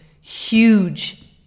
huge